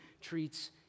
treats